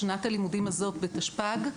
בשנת הלימודים הזאת - תשפ"ג,